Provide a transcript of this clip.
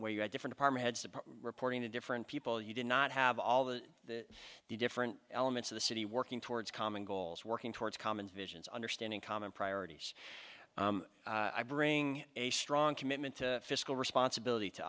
where you had different partner heads of reporting to different people you did not have all the different elements of the city working towards common goals working towards common visions understanding common priorities i bring a strong commitment to fiscal responsibility to